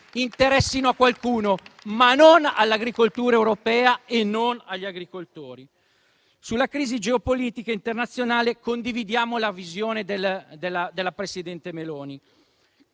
interessino a qualcuno, ma non all'agricoltura europea e non agli agricoltori. Sulla crisi geopolitica internazionale condividiamo la visione della presidente Meloni.